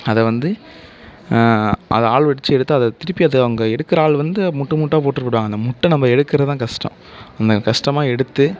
அதைவந்து அதை ஆள் வச்சு எடுத்து அதை திருப்பி அதை அவங்க எடுக்கிற ஆள் வந்து முட்டு முட்டாக போட்டுவிட்டு போய்விடுவாங்க அந்த முட்டை நம்ப எடுக்கிறதுதான் கஷ்டம் அந்த கஷ்டமா எடுத்து